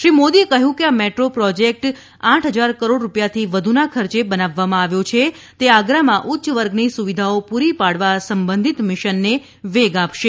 શ્રી મોદીએ કહ્યું કે આ મેટ્રો પ્રોજેક્ટ જે આઠ હજાર કરોડ રૂપિયાથી વધુના ખર્ચે બનાવવામાં આવ્યો છે તે આગ્રામાં ઉચ્ય વર્ગની સુવિધાઓ પૂરી પાડવા સંબંધિત મિશનને વેગ આપશે